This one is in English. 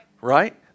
Right